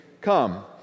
come